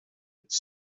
its